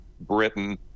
Britain